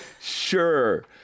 Sure